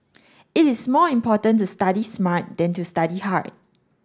it is more important to study smart than to study hard